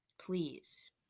please